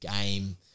game